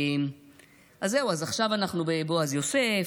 זהו, אז עכשיו אנחנו בבועז יוסף.